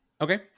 Okay